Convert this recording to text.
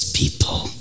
people